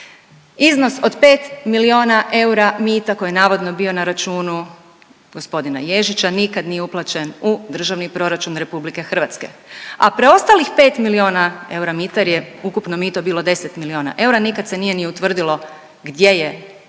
Iznos od pet miliona eura mita koji je navodno bio na računu g. Ježića nikad nije uplaćen u Državni proračun RH, a preostalih pet miliona eura mita jer je ukupno mito bilo 10 miliona eura nikad se nije ni utvrdilo gdje je završio